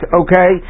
okay